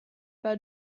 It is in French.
par